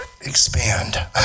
expand